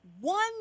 one